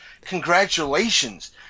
Congratulations